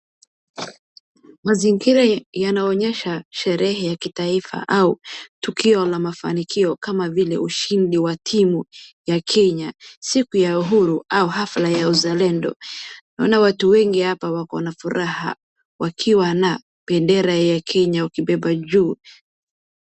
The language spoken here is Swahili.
Mazingira yanaonyesha sherehe ya kitaifa au tukio na mafanikio kama vile ushindi wa timu ya Kenya, Siku ya Uhuru au hafla ya uzalendo. Naona watu wengi hapa wako na furaha wakiwa na bendera ya Kenya wakibeba juu.